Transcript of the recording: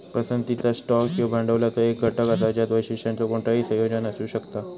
पसंतीचा स्टॉक ह्यो भांडवलाचो एक घटक असा ज्यात वैशिष्ट्यांचो कोणताही संयोजन असू शकता